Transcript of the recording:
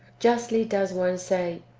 justly does one say,